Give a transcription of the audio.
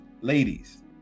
ladies